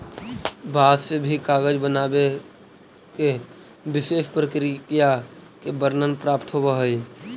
बाँस से भी कागज बनावे के विशेष प्रक्रिया के वर्णन प्राप्त होवऽ हई